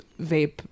vape